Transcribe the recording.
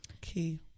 Key